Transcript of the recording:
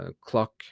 clock